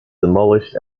demolished